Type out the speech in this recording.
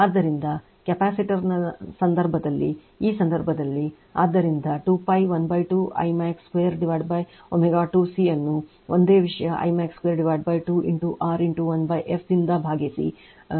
ಆದ್ದರಿಂದ ಕೆಪಾಸಿಟರ್ನ ಸಂದರ್ಭದಲ್ಲಿ ಈ ಸಂದರ್ಭದಲ್ಲಿ ಆದ್ದರಿಂದ 2 pi 12 I max 2ω2 C ಅನ್ನು ಒಂದೇ ವಿಷಯ I max 2 2 into R into 1f ದಿಂದ ಭಾಗಿಸಿ ವಿಂಗಡಿಸುತ್ತೇನೆ